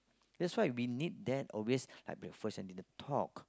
that's why we need that always like breakfast and dinner talk